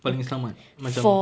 paling selamat macam